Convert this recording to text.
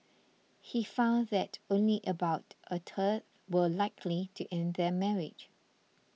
he found that only about a third were likely to end their marriage